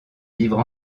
vivre